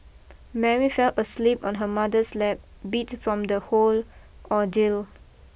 Mary fell asleep on her mother's lap beat from the whole ordeal